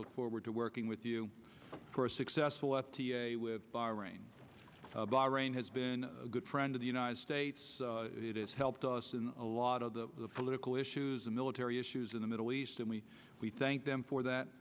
look forward to working with you for a successful at bahrain bahrain has been a good friend of the united states it has helped us in a lot of the political issues the military issues in the middle east and we we thank them for that